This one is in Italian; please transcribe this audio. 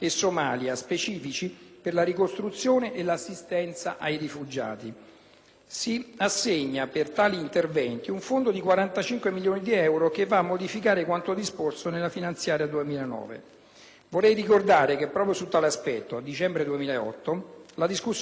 Si assegna per tali interventi un fondo di 45 milioni di euro che va a modificare quanto disposto nella legge finanziaria per il 2009. Vorrei ricordare che, proprio su tale aspetto, a dicembre 2008 la discussione relativa alla manovra finanziaria mi aveva visto condurre una decisa opposizione in Commissione affari